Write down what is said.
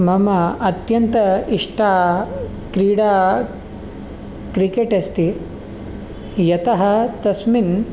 मम अत्यन्त इष्टा क्रीडा क्रिकेट् अस्ति यतः तस्मिन्